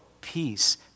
peace